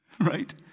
right